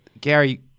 Gary